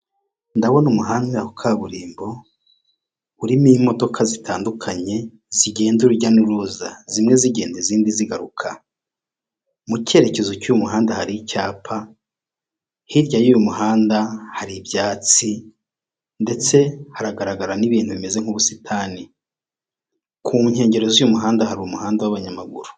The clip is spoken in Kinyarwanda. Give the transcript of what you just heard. Ndabona umuhanda wa kaburimbo urimo imodoka zitandukanye zigenza urujya n'uruza. Zimwe zigenda, izindi zigaruka mu cyerekezo cy'umuhanda. Hari icyapa hirya y'uyu muhanda, hari ibyatsi, ndetse haragaragara n'ibintu bimeze nk'ubusitani ku nkengero z'uyu muhanda. Hari umuhanda w'abanyamaguru.